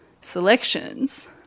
selections